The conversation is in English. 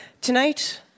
Tonight